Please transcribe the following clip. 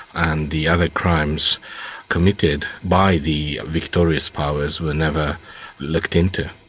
and the other crimes committed by the victorious powers were never looked into.